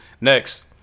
Next